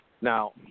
Now